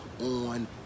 on